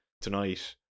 tonight